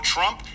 Trump